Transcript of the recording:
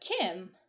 Kim